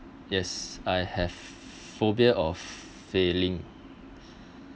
yes I have phobia of failing